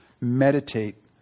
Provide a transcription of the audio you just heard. meditate